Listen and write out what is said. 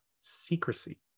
secrecy